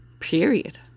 Period